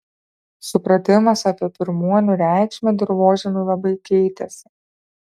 supratimas apie pirmuonių reikšmę dirvožemiui labai keitėsi